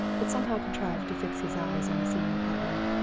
but somehow contrived to fix his eyes on the senior partner.